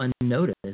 unnoticed